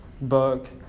book